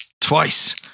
twice